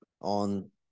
on